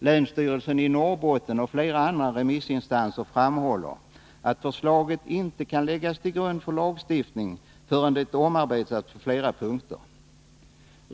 Länsstyrelsen i Norrbotten och flera andra remissinstanser framhåller att förslaget inte kan läggas till grund för lagstiftning förrän det omarbetats på flera punkter.